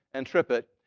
and tripit.